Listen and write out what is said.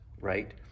right